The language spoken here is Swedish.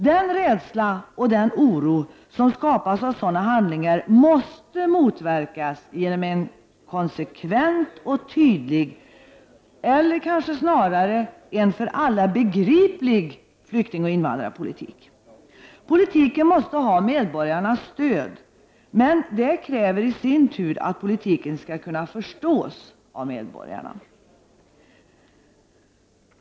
Den rädsla och den oro som skapas av sådana handlingar måste motverkas genom en konsekvent och tydlig eller, snarare, en för alla begriplig invandraroch flyktingpolitik. Politiken måste ha medborgarnas stöd, men det kräver i sin tur att politiken skall kunna förstås av medborgarna.